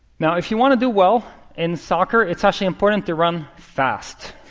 now, if you want to do well in soccer, it's actually important to run fast.